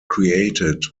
created